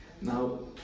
Now